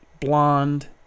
blonde